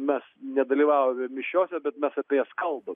mes nedalyvavę mišiose bet mes apie jas kalbam